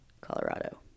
Colorado